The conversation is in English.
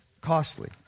costly